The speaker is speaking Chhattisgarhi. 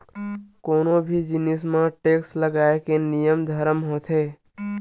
कोनो भी जिनिस म टेक्स लगाए के नियम धरम होथे